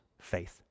faith